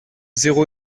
zéro